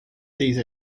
these